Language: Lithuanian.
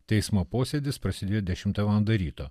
teismo posėdis prasidėjo dešimtą valandą ryto